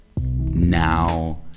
now